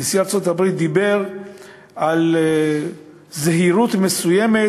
נשיא ארצות-הברית דיבר על זהירות מסוימת